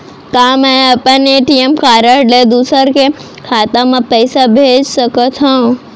का मैं अपन ए.टी.एम कारड ले दूसर के खाता म पइसा भेज सकथव?